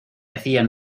hacían